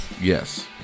Yes